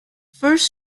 first